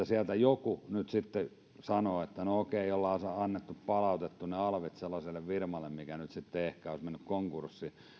sieltä joku nyt sitten sanoo että no okei oltaisiin palautettu ne alvit sellaiselle firmalle mikä nyt sitten ehkä olisi mennyt konkurssiin